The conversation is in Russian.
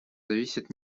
зависит